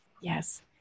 yes